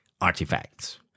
artifacts